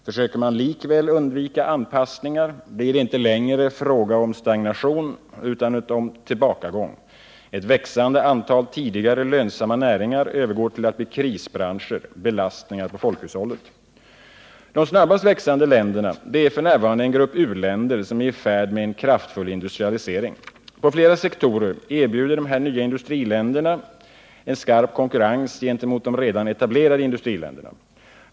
Försöker man likväl undvika anpassningar blir det inte längre fråga om stagnation utan om tillbakagång. Ett växande antal tidigare lönsamma näringar övergår till att bli krisbranscher, belastningar på folkhushållet. De snabbast växande länderna är f. n. en grupp u-länder som är i färd med en kraftfull industrialisering. På flera sektorer erbjuder dessa nya industriländer en skarp konkurrens gentemot de redan etablerade industriländerna.